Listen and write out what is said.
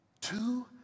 Two